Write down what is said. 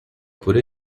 por